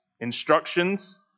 instructions